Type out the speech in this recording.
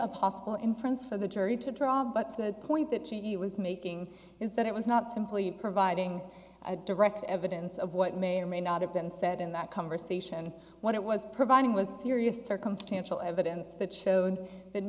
a possible inference for the jury to draw but the point that she was making is that it was not simply providing direct evidence of what may or may not have been said in that conversation and what it was providing was serious circumstantial evidence that showed